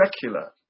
secular